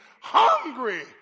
hungry